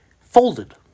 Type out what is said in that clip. folded